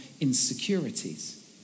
insecurities